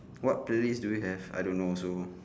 what beliefs do you have I don't know also